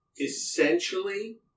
essentially